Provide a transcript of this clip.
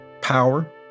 power